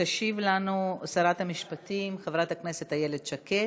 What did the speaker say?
תשיב לנו שרת המשפטים חברת הכנסת איילת שקד.